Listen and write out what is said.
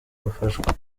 bafashwa